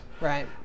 right